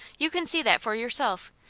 you can see that for yourself.